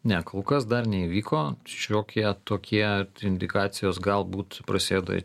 ne kol kas dar neįvyko šiokie tokie indikacijos galbūt prasideda